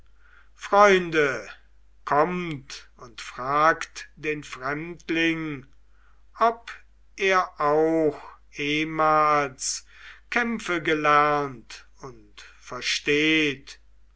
freunde kommt und fragt den fremdling ob er auch ehmals kämpfe gelernt und versteht